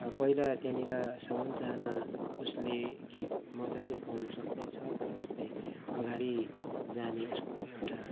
अब पहिला त्यहाँनिरसम्म जान उसले गित मजाले गाउनु सक्नेछ तर उसले अगाडि जाने उसको एउटा